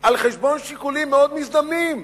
על חשבון שיקולים מאוד מזדמנים